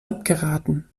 abgeraten